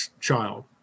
child